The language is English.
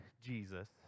Jesus